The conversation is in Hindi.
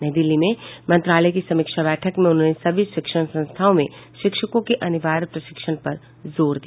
नई दिल्ली में मंत्रालय की समीक्षा बैठक में उन्होंने सभी शिक्षण संस्थाओं में शिक्षकों के अनिवार्य प्रशिक्षण पर भी जोर दिया